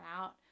out